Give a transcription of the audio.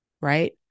right